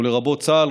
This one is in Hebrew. לרבות צה"ל,